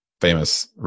Famous